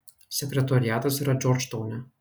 sekretoriatas yra džordžtaune